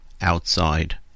outside